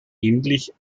endlich